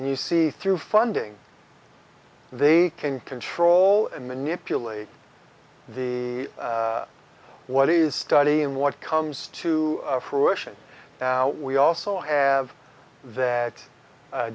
and you see through funding they can control and manipulate the what is study and what comes to fruition now we also have that